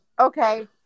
okay